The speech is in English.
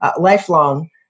lifelong